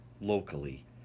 locally